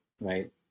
right